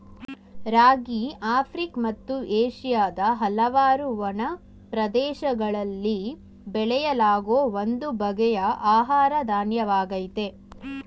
ರಾಗಿ Africa ಮತ್ತು ಏಷ್ಯಾದ ಹಲವಾರು ಒಣ ಪ್ರದೇಶಗಳಲ್ಲಿ ಬೆಳೆಯಲಾಗೋ ಒಂದು ಬಗೆಯ ಆಹಾರ ಧಾನ್ಯವಾಗಯ್ತೆ